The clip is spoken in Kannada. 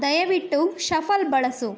ದಯವಿಟ್ಟು ಷಫಲ್ ಬಳಸು